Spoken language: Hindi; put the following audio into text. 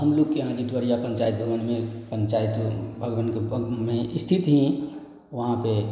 हम लोग के यहाँ जितवरिया पंचायत भवन में पंचायत भवन के पग में स्थित है वहाँ पे